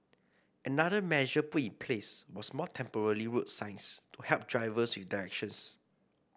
another measure put in place was more temporary road signs to help drivers with directions